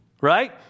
Right